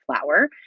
flour